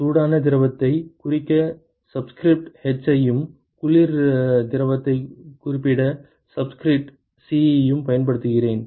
சூடான திரவத்தைக் குறிக்க சப்ஸ்கிரிப்ட் h ஐயும் குளிர் திரவத்தைக் குறிப்பிட சப்ஸ்கிரிப்ட் c ஐயும் பயன்படுத்துகிறேன்